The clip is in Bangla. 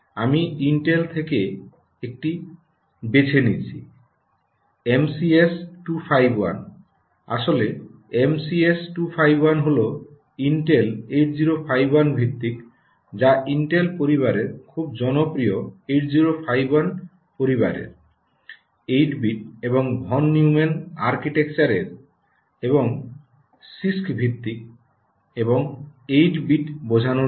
আমি ইন্টেল থেকে একটি বেছে নিচ্ছি এমসিএস 251 আসলে এমসিএস 251 হল ইনটেল 8051 ভিত্তিক যা ইন্টেল পরিবারের খুব জনপ্রিয় 8051 পরিবারের 8 বিট এবং ভন নিউমান আর্কিটেকচারের এবং সিআইএসসিতে ভিত্তিক এবং 8 বিট বোঝানোর জন্য